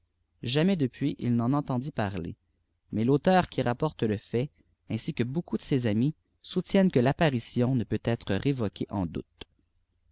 jamais depuis il n'en entendit parler mais l'auteur qui rapporte le fait ainsi que beaucoup d ses amis soutiennent que rapparij ion ne peut être